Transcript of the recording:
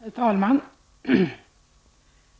Herr talman!